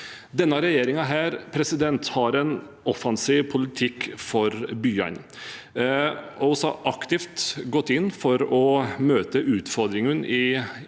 Denne regjeringen har en offensiv politikk for byene. Vi har aktivt gått inn for å møte utfordringene i